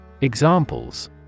Examples